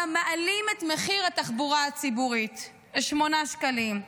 גם מעלים את מחיר התחבורה הציבורית ל-8 שקלים.